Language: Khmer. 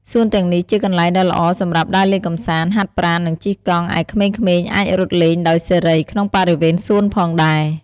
សួនទាំងនេះជាកន្លែងដ៏ល្អសម្រាប់ ដើរលេងកម្សាន្ត ហាត់ប្រាណ និងជិះកង់ ឯក្មេងៗអាចរត់លេងដោយសេរីក្នុងបរិវេណសួនផងដែរ។